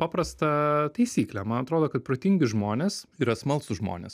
paprastą taisyklę man atrodo kad protingi žmonės yra smalsūs žmonės